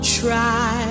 try